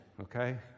okay